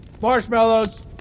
marshmallows